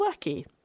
wacky